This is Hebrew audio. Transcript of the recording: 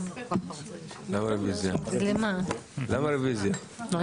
הצבעה על הרביזיה או היא תוסר.